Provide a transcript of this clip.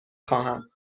خواهم